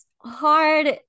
hard